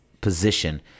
position